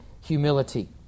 humility